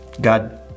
God